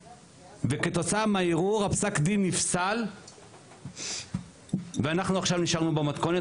וכתוצאה מהערעור פסק הדין נפסל ואנחנו עכשיו נשארנו במתכונת,